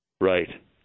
Right